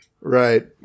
Right